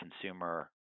consumer